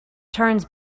turns